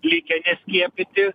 likę neskiepyti